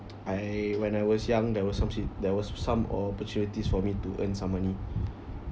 I when I was young there was some si~ there was some opportunities for me to earn some money